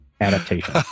adaptation